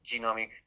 genomic